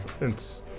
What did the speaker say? it's-